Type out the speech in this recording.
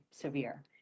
severe